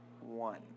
one